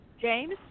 James